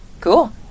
Cool